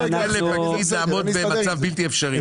אנחנו נעמוד במצב בלתי אפשרי.